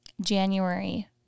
January